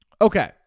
Okay